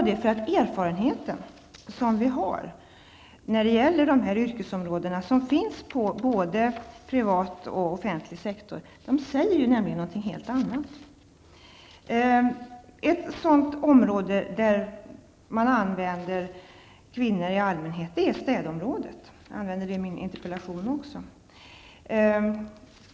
Den erfarenhet vi har från både privat och offentlig sektor när det gäller dessa yrkesområden säger nämligen något helt annat. Ett område som i allmänhet sysselsätter kvinnor är städområdet. Jag tog också i min interpellation upp detta exempel.